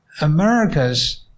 America's